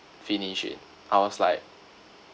finish it I was like